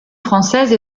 française